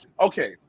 okay